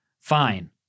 fine